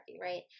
right